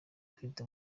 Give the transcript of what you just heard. afite